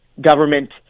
government